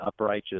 uprighteous